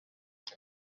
jay